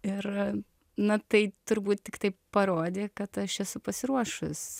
ir na tai turbūt tiktai parodė kad aš esu pasiruošus